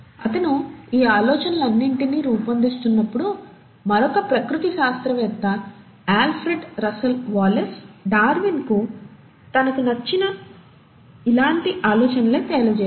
అతను ఈ ఆలోచనలన్నింటినీ రూపొందిస్తున్నప్పుడు మరొక ప్రకృతి శాస్త్రవేత్త ఆల్ఫ్రెడ్ రస్సెల్ వాలెస్ డార్విన్కు తనకి వచ్చిన అలాంటి ఆలోచనలే తెలియజేసాడు